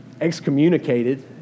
excommunicated